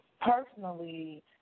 Personally